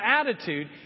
attitude